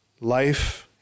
life